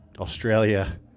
Australia